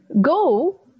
go